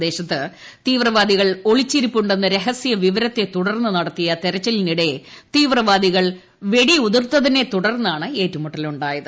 പ്രദേശത്ത് തീവ്രവാദികൾ ഒളിച്ചിരിപ്പുണ്ടെന്ന് രഹസ്യ വിവരത്തെ തുടർന്ന് നടത്തിയ തിരച്ചിലിനിടെ തീവ്രവാദികൾ വെടിയുതിർത്തതിനെ തുടർന്നാണ് ഏറ്റുമുട്ടൽ ഉണ്ടായത്